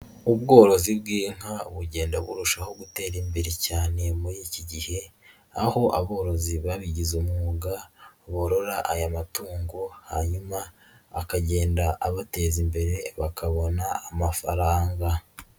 Ubworozi bw'inka bugenda burushaho gutera imbere cyane muri iki gihe aho aborozi babigize umwuga, borora aya matungo hanyuma akagenda abateza imbere bakabona amafaranga.